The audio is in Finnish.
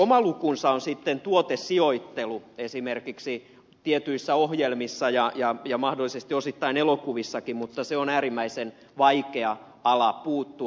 oma lukunsa on sitten tuotesijoittelu esimerkiksi tietyissä ohjelmissa ja mahdollisesti osittain elokuvissakin mutta se on äärimmäisen vaikea ala puuttua